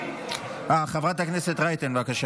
אה, חברת הכנסת רייטן, בבקשה.